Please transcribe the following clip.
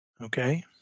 Okay